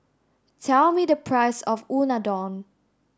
tell me the price of Unadon